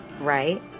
right